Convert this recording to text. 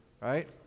right